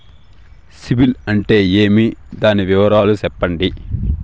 సిబిల్ అంటే ఏమి? దాని వివరాలు సెప్పండి?